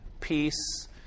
peace